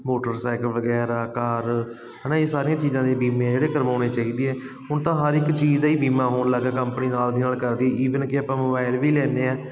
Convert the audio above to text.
motorcycle ਵਗੈਰਾ car ਹੈ ਨਾ ਇਹ ਸਾਰੀਆਂ ਚੀਜ਼ਾਂ ਦੇ ਬੀਮੇ ਜਿਹੜੇ ਕਰਵਾਉਣੇ ਚਾਹੀਦੇ ਹੈ ਹੁਣ ਤਾਂ ਹਰ ਇੱਕ ਚੀਜ਼ ਦਾ ਹੀ ਬੀਮਾ ਹੋਣ ਲੱਗ ਗਿਆ ਕੰਪਨੀ ਨਾਲ ਦੀ ਨਾਲ ਕਰਦੀ ਈਵਨ ਕਿ ਆਪਾਂ ਮੋਬਾਈਲ ਵੀ ਲੈਂਦੇ ਹਾਂ